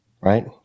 right